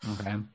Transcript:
okay